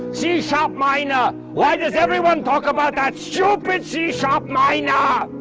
c-sharp minor! why does everyone talk about that stupid c-sharp minor?